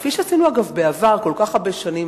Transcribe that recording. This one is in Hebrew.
וכפי שעשינו בעבר כל כך הרבה שנים,